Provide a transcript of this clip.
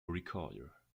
recorder